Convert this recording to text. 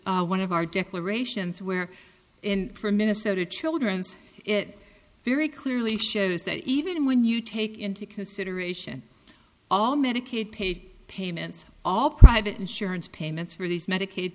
one of our declarations where for minnesota children's it very clearly shows that even when you take into consideration all medicaid paid payments all private insurance payments for these medicaid